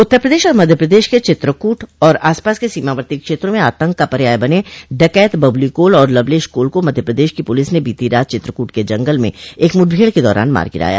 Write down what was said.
उत्तर प्रदश और मध्य प्रदेश के चित्रकूट और आस पास के सीमावर्ती क्षेत्रों में आतंक का पर्याय बने डकैत बबुली कोल और लवलेश कोल को मध्य प्रदेश की पुलिस ने बीती रात चित्रकूट के जंगल में एक मुठभेड़ के दौरान मार गिराया